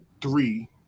three